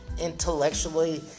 intellectually